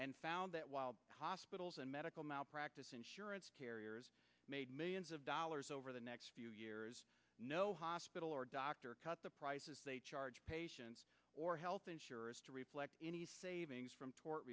and found that while hospitals and medical malpractise insurance carriers made millions of dollars over the next few years no hospital or doctor cut the prices they charge patients or health insurers to reflect any savings from tort